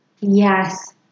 Yes